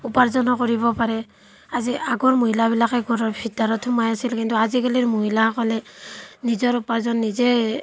উপাৰ্জনো কৰিব পাৰে আজি আগৰ মহিলাবিলাকে ঘৰৰ ভিতৰত সোমাই আছিল কিন্তু আজিকালিৰ মহিলাসকলে নিজৰ উপাৰ্জন নিজে